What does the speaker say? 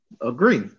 Agree